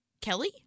Kelly